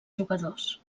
jugadors